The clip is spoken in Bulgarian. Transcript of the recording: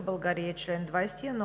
България и чл. 21,